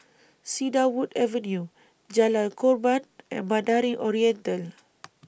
Cedarwood Avenue Jalan Korban and Mandarin Oriental